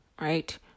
Right